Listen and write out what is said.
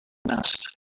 nest